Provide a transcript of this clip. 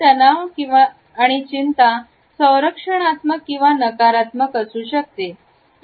ही तणाव आणि चिंता संरक्षणात्मक किंवा नकारात्मक असू शकते